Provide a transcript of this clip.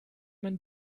man